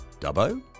Dubbo